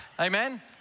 Amen